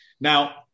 now